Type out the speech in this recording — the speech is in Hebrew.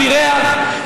בלי ריח,